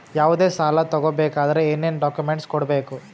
ಯಾವುದೇ ಸಾಲ ತಗೊ ಬೇಕಾದ್ರೆ ಏನೇನ್ ಡಾಕ್ಯೂಮೆಂಟ್ಸ್ ಕೊಡಬೇಕು?